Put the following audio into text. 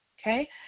Okay